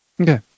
Okay